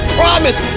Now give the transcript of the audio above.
promise